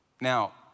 Now